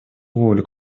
волю